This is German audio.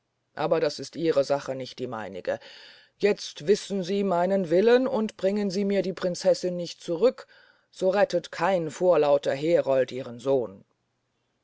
aber das ist ihre sache nicht die meinige jetzt wissen sie meinen willen und bringen sie mir die prinzessin nicht zurück so rettet kein vorlauter herold ihren sohn